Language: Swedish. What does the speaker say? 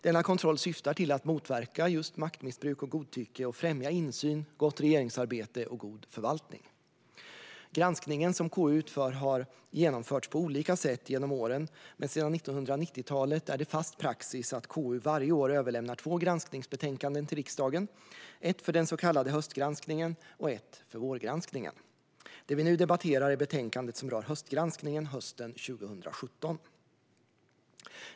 Denna kontroll syftar till att motverka just maktmissbruk och godtycke och främja insyn, gott regeringsarbete och god förvaltning. Den granskning som KU utför har genomförts på olika sätt genom åren, men sedan 1990-talet är det fast praxis att KU varje år överlämnar två granskningsbetänkanden till riksdagen, ett för den så kallade höstgranskningen och ett för vårgranskningen. Det vi nu debatterar är det betänkande som rör höstgranskningen 2017.